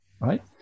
Right